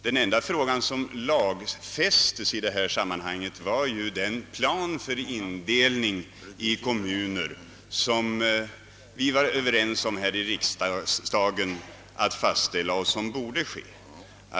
Den enda fråga som lagfästs i detta sammanhang var som bekant den plan för indelning av länen i kommuner som vi var överens om här i riksdagen borde fastställas.